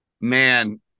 Man